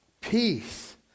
peace